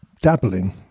dabbling